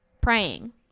praying